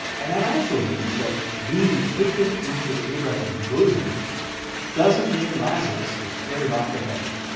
and that also means that being taken into abraham's bosom doesn't mean lazarus was carried off to heaven.